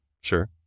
Sure